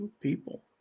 people